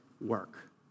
work